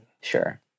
Sure